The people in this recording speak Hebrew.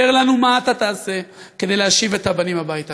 לנו מה אתה תעשה כדי להשיב את הבנים הביתה.